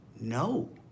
No